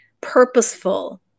purposeful